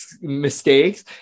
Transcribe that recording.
mistakes